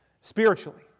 Spiritually